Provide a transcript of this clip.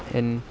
and